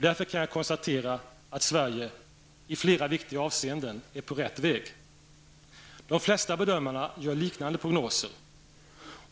Därför kan jag konstatera att Sverige i flera viktiga avseenden är på rätt väg. De flesta bedömare gör liknande prognoser.